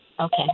Okay